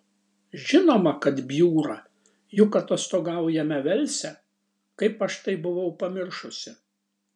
žinoma kad bjūra juk atostogaujame velse kaip aš tai buvau pamiršusi